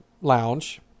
lounge